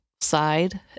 side